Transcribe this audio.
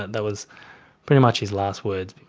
that was pretty much his last words,